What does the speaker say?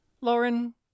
Lauren